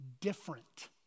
different